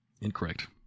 Incorrect